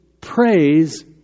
praise